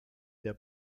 der